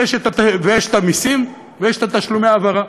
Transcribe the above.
ויש מסים ויש תשלומי העברה,